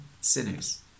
sinners